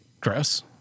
Gross